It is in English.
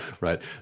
Right